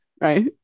right